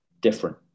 different